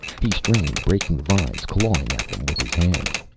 he strained, breaking the vines, clawing at them with his hands.